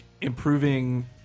improving